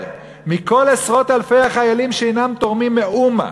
מכל עשרות-אלפי החיילים שאינם תורמים מאומה